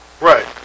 Right